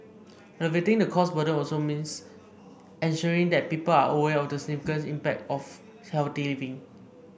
alleviating the cost burden also means ensuring that people are aware of the significance and impact of healthy living